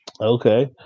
Okay